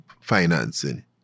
financing